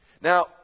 Now